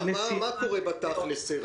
מה קורה בתכלס?